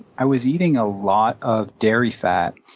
i was eating a lot of dairy fat,